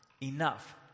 enough